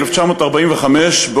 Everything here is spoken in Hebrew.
1945,